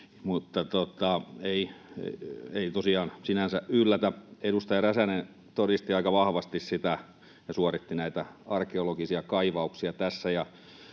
Ei se tosiaan sinänsä yllätä. Edustaja Räsänen todisti aika vahvasti ja suoritti näitä arkeologisia kaivauksia tässä,